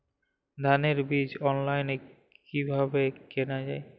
ধানের বীজ অনলাইনে কিভাবে কেনা যায়?